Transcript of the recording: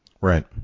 right